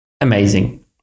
amazing